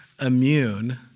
immune